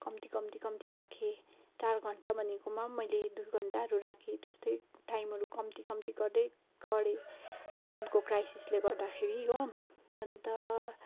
कम्ती कम्ती कम्ती राखेँ चार घन्टा भनेकोमा मैले दुई घन्टाहरू राखेँ त्यस्तै टाइमहरू कम्ती कम्ती गर्दै गरेँ टाइमको क्राइसिसले गर्दाखेरि हो अन्त